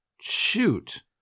Shoot